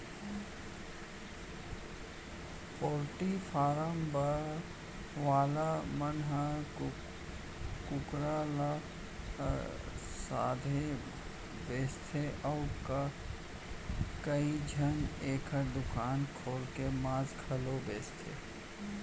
poultry farm वाला मन ह कुकरा ल सइघो बेचथें अउ कइझन एकर दुकान खोल के मांस घलौ बेचथें